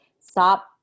stop